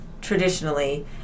traditionally